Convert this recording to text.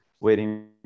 waiting